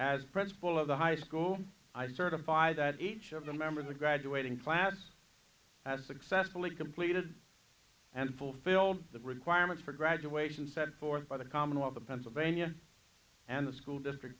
as principal of the high school i certify that each of the member of the graduating class has successfully completed and fulfill the requirements for graduation set forth by the commonwealth of pennsylvania and the school district